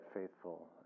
faithful